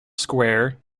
square